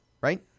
right